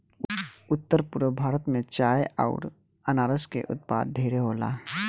उत्तर पूरब भारत में चाय अउर अनारस के उत्पाद ढेरे होला